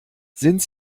sind